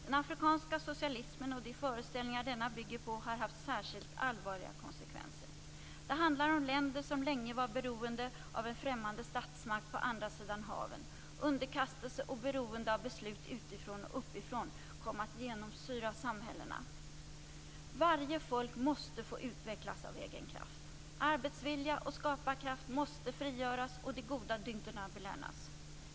Den afrikanske socialismen och de föreställningar denna bygger på har haft särskilt allvarliga konsekvenser. Det handlar om länder som länge var beroende av en främmande statsmakt på andra sidan haven. Underkastelse och beroende av beslut utifrån och uppifrån kom att genomsyra samhällena. Varje folk måste få utvecklas av egen kraft. Arbetsvilja och skaparkraft måste frigöras och de goda dygderna belönas.